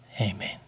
Amen